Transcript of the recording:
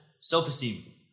self-esteem